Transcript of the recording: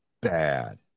bad